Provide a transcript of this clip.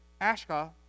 Ashka